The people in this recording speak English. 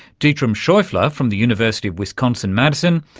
dietram scheufele ah from the university of wisconsin, madison,